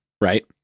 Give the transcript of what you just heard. Right